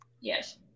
Yes